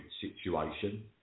situation